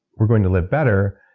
we're going to live better.